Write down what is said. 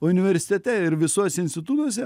universitete ir visuose institutuose